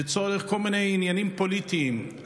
לצורך כל מיני עניינים פוליטיים.